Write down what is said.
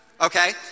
okay